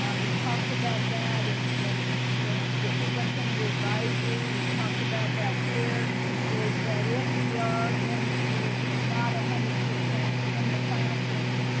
um we talked about that and in in ah the superintendent advisory, we talked about that here is that if we are into not a one hundred percent in the classroom,